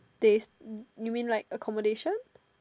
stays you mean like accommodation